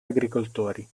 agricoltori